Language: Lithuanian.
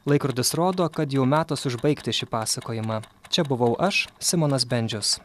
laikrodis rodo kad jau metas užbaigti šį pasakojimą čia buvau aš simonas bendžius